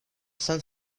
san